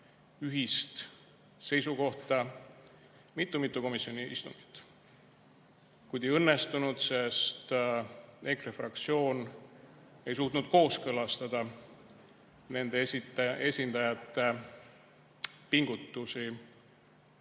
ühist seisukohta mitu-mitu komisjoni istungit. Kuid see ei õnnestunud, sest EKRE fraktsioon ei suutnud kooskõlastada nende esindajate pingutusi